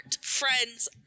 friends